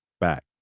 back